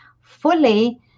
fully